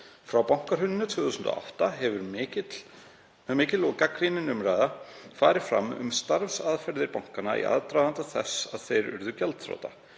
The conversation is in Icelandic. Frá bankahruninu haustið 2008 hefur mikil og gagnrýnin umræða farið fram um starfsaðferðir bankanna í aðdraganda þess að þeir urðu gjaldþrota.